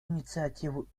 инициативу